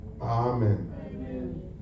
Amen